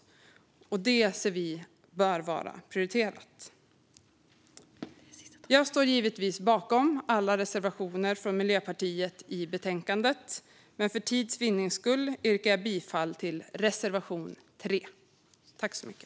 Det anser vi bör vara prioriterat. Jag står givetvis bakom alla reservationer från Miljöpartiet i betänkandet, men för tids vinnande yrkar jag bifall endast till reservation 3.